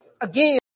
Again